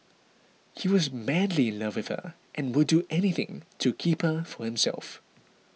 he was madly in love with her and would do anything to keep her for himself